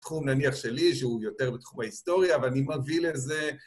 תחום נניח שלי, שהוא יותר בתחום ההיסטוריה, ואני מביא לזה...